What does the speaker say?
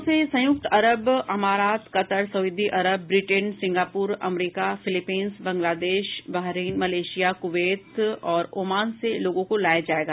इन उड़ानों से संयुक्त अरब अमारात कतरसऊदी अरब ब्रिटेन सिंगापुरअमरीका फिलीपींस बंगलादेशबहरीन मलेशिया कुवैत औरओमान से लोगों को लाया जाएगा